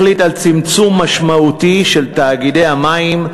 החליט על צמצום משמעותי של תאגידי המים,